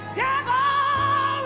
devil